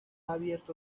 abierto